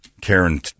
Karen